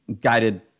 guided